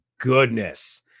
Goodness